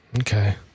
Okay